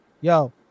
yo